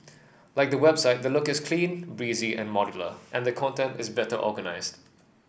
like the website the look is clean breezy and modular and the content is better organised